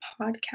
podcast